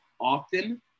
often